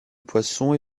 poissons